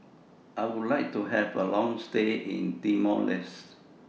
I Would like to Have A Long stay in Timor Leste